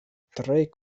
tre